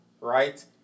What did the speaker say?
right